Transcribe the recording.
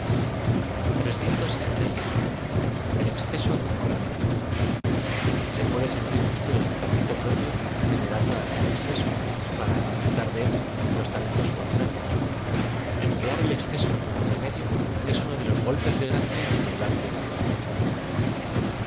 l exceso como remedio se puede sentir guato en au talento propio vene rando haata el exceso para disfrutar de él los talen tos contrarios em plear el exceso como remedio es uno de los golpes de gra cia en e l arte de